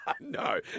No